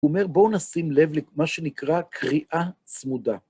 הוא אומר בואו נשים לב למה שנקרא קריאה צמודה.